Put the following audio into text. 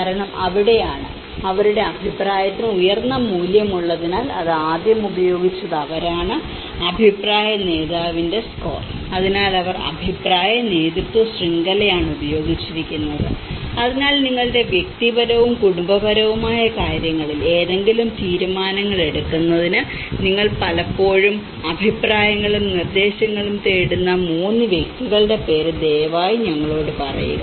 കാരണം അവിടെയാണ് കാരണം അവരുടെ അഭിപ്രായത്തിന് ഉയർന്ന മൂല്യമുള്ളതിനാൽ അത് ആദ്യം ഉപയോഗിച്ചത് അവരാണ് അഭിപ്രായ നേതാവിന്റെ സ്കോർ അതിനാൽ അവർ അഭിപ്രായ നേതൃത്വ ശൃംഖലയാണ് ഉപയോഗിച്ചിരിക്കുന്നത് അതിനാൽ നിങ്ങളുടെ വ്യക്തിപരവും കുടുംബപരവുമായ കാര്യങ്ങളിൽ എന്തെങ്കിലും തീരുമാനങ്ങൾ എടുക്കുന്നതിന് നിങ്ങൾ പലപ്പോഴും അഭിപ്രായങ്ങളും നിർദ്ദേശങ്ങളും തേടുന്ന 3 വ്യക്തികളുടെ പേര് ദയവായി ഞങ്ങളോട് പറയുക